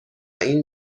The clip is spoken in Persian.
این